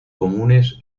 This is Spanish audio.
comunes